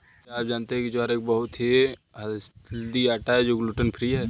क्या आप जानते है ज्वार एक बहुत ही हेल्दी आटा है और ग्लूटन फ्री है?